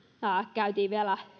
käytiin vielä